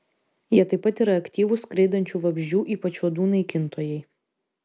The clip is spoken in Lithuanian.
jie taip pat yra aktyvūs skraidančių vabzdžių ypač uodų naikintojai